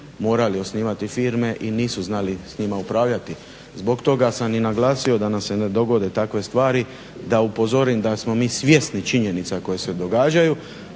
morali osnivati firme i nisu znali s njima upravljati. Zbog toga sam i naglasio da nam se ne dogode takve stvari da upozorim da smo mi svjesni činjenica koje se događaju.